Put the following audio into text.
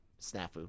snafu